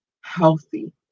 healthy